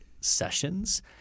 sessions